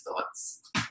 thoughts